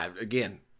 Again